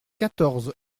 quatorze